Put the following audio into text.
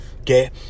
Okay